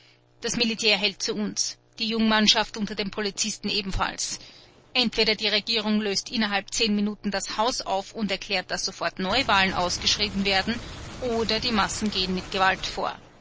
das militär hält zu uns die jungmannschaft unter den polizisten ebenfalls entweder die regierung löst innerhalb zehn minuten das haus auf und erklärt daß sofort neuwahlen ausgeschrieben werden oder die massen gehen mit gewalt vor